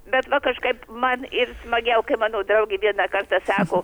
bet va kažkaip man ir smagiau kai mano draugė vieną kartą sako